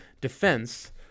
defense